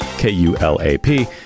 K-U-L-A-P